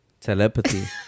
Telepathy